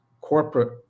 corporate